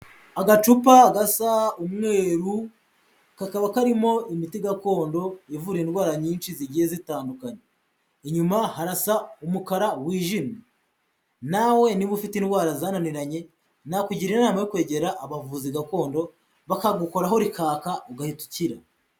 Agacupa gasa umweru kakaba karimo imiti gakondo ivura indwara nyinshi zigiye zitandukana inyuma harasa umukara wijimye. Nawe niba ufite indwara zananiranye nakugira inama yo kwegera abavuzi gakondo bakagukoraho rikaka ugahita ukira.